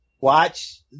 watch